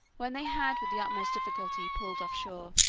when they had with the utmost difficulty pulled off shore,